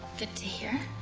to to hear.